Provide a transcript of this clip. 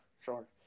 sure